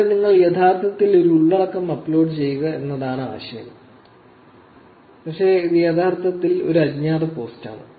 ഇവിടെ നിങ്ങൾ യഥാർത്ഥത്തിൽ ഒരു ഉള്ളടക്കം അപ്ലോഡ് ചെയ്യുക എന്നതാണ് ആശയം പക്ഷേ ഇത് യഥാർത്ഥത്തിൽ ഒരു അജ്ഞാത പോസ്റ്റാണ്